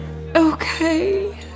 Okay